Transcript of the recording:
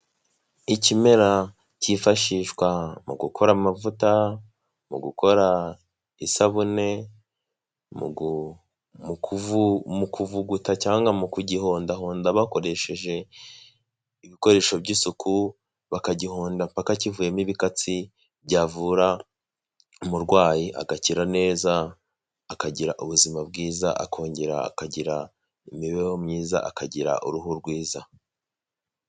Ikimera cyifashishwa mu gukora amavuta, mu gukora isabune, mu kuvuguta cyangwa mu kugihondahonda bakoresheje ibikoresho by'isuku, bakagihonda mpaka kivuyemo ibikatsi byavura umurwayi agakira neza, akagira ubuzima bwiza, akongera akagira imibereho myiza, akagira uruhu rwiza.